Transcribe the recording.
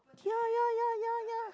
ya ya ya ya ya